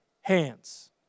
hands